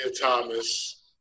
Thomas